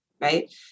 right